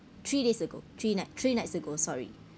three days ago three night three nights ago sorry